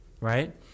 right